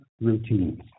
routines